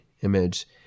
image